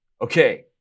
Okay